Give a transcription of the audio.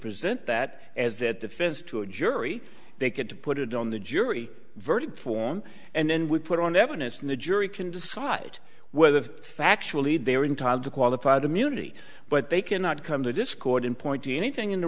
present that as the defense to a jury they get to put it on the jury verdict form and then we put on evidence and the jury can decide whether factually they are entitled to qualified immunity but they cannot come to discord and point to anything in the